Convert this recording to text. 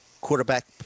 quarterback